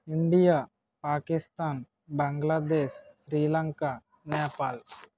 India Pakistan Bangladesh Sri Lanka Nepal